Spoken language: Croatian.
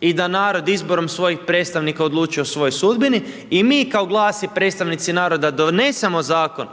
i da narod izborom svojih predstavnika odlučuje o svojoj sudbini i mi kao GLAS i predstavnici naroda donesemo zakon